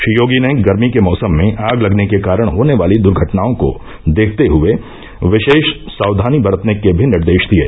श्री योगी ने गर्मी के मौसम में आग लगने के कारण होने वाली दूर्घअनाओं को देखते हए विशेष साक्षानी बरतने के भी निर्देश दिये